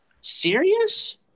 serious